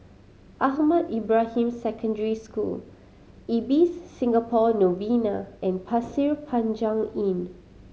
Ahmad Ibrahim Secondary School Ibis Singapore Novena and Pasir Panjang Inn